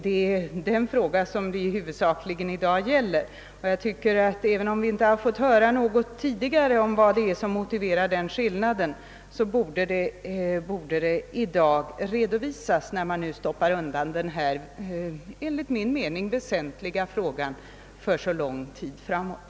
Det är denna fråga det i dag huvudsakligen gäller, och även om vi inte tidigare fått höra någonting som motiverar den skillnaden, borde det i dag redovisas när man stoppar undan denna enligt min mening väsentliga fråga för så lång tid framåt.